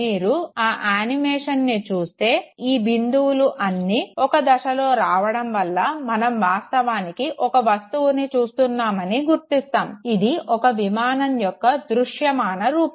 మీరు ఆ ఆనిమేషన్ను చూస్తే ఈ బిందువులు అన్నీ ఒక దిశలో రావడం వల్ల మనం వాస్తవానికి ఒక వస్తువుని చూస్తున్నామని గుర్తిస్తాము అది ఒక విమానం యొక్క దృశ్యమాన రూపం